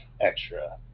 extra